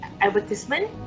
advertisement